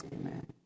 amen